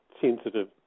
sensitive